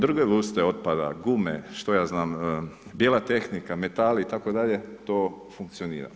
Druge vrste otpada gume, što ja znam, bijela tehnika, metali itd., to funkcionira.